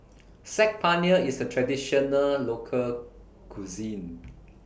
Saag Paneer IS A Traditional Local Cuisine